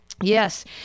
Yes